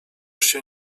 się